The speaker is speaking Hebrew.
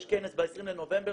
יש כנס ב-20 בנובמבר,